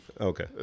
Okay